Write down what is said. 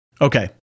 Okay